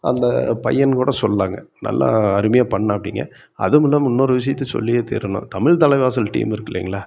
அந்த பையன்னு கூட சொல்லலாங்க நல்லா அருமையாக பண்ணாப்படிங்க அதுவும் இல்லாமல் இன்னொரு விஷயத்த சொல்லியே தீரணும் தமிழ் தலைவாசல் டீம் இருக்குது இல்லைங்களா